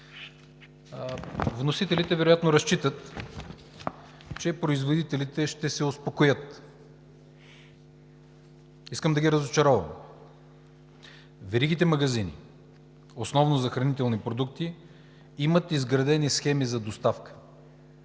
Вносителите вероятно разчитат, че производителите ще се успокоят. Искам да ги разочаровам. Веригите магазини, основно за хранителни продукти, имат изградени схеми за доставка,